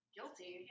Guilty